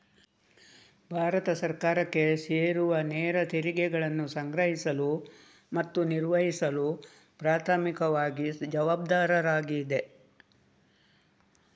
ಭಾರತ ಸರ್ಕಾರಕ್ಕೆ ಸೇರುವನೇರ ತೆರಿಗೆಗಳನ್ನು ಸಂಗ್ರಹಿಸಲು ಮತ್ತು ನಿರ್ವಹಿಸಲು ಪ್ರಾಥಮಿಕವಾಗಿ ಜವಾಬ್ದಾರವಾಗಿದೆ